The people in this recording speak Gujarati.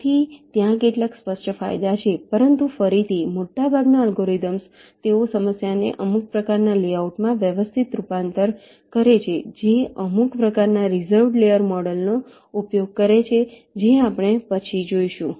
તેથી ત્યાં કેટલાક સ્પષ્ટ ફાયદા છે પરંતુ ફરીથી મોટા ભાગના અલ્ગોરિધમ્સ તેઓ સમસ્યાને અમુક પ્રકારના લેઆઉટમાં વ્યવસ્થિત રૂપાંતર કરે છે જે અમુક પ્રકારના રિઝર્વ્ડ લેયર મૉડલ નો ઉપયોગ કરે છે જે આપણે પછી જોઈશું